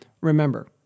Remember